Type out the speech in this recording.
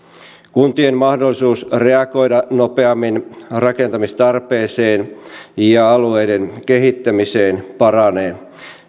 kuntien mahdollisuus reagoida nopeammin rakentamistarpeeseen ja alueiden kehittämiseen paranee